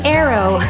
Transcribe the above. arrow